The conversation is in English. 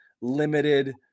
limited